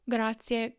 Grazie